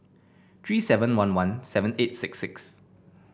three seven one one seven eight six six